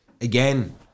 again